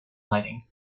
lighting